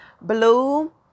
blue